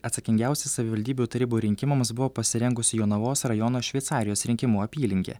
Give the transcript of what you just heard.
atsakingiausi savivaldybių tarybų rinkimams buvo pasirengusi jonavos rajono šveicarijos rinkimų apylinkė